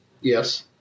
Yes